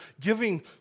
giving